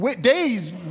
days